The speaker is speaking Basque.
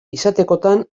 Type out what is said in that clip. izatekotan